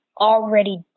already